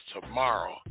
tomorrow